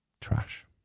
trash